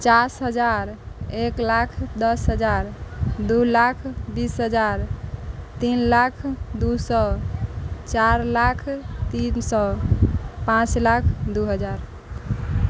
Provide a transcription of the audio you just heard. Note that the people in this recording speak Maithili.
पचास हजार एक लाख दस हजार दू लाख बीस हजार तीन लाख दू सओ चार लाख तीन सओ पाँच लाख दू हजार